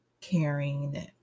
caring